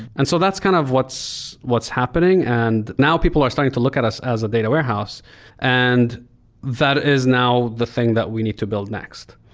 and so that's kind of what's what's happening and now people are starting to look at us as a data warehouse and that is now the thing that we need to build next.